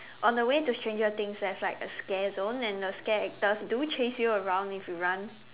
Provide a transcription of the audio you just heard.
on the way to Stranger Things there's like a scare zone and the scare actors do chase you around if you run